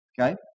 Okay